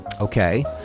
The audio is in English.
Okay